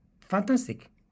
Fantastic